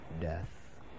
death